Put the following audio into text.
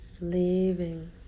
leaving